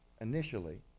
initially